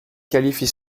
qualifie